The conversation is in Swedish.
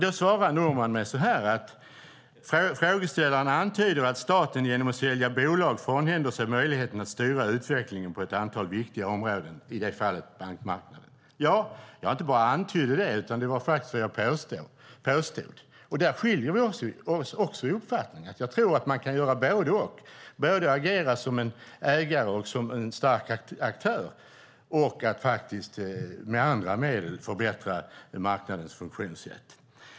Då svarade Norman mig så här: Frågeställaren antyder att staten genom att sälja bolag frånhänder sig möjligheten att styra utvecklingen på ett antal viktiga områden. I det här fallet var det bankmarknaden. Ja, jag inte bara antydde det, utan det var faktiskt vad jag påstod. Där skiljer vi oss också i uppfattning. Jag tror att man kan göra både och. Man kan agera både som en ägare och som en stark aktör och med andra medel förbättra marknadens funktionssätt.